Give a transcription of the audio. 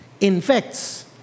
infects